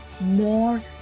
more